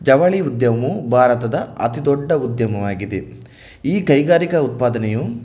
ಜವಳಿ ಉದ್ಯಮವು ಭಾರತದ ಅತಿ ದೊಡ್ಡ ಉದ್ಯಮವಾಗಿದೆ ಈ ಕೈಗಾರಿಕಾ ಉತ್ಪಾದನೆಯು